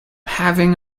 having